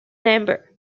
member